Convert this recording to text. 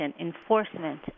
enforcement